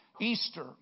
Easter